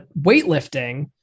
weightlifting